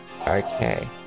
okay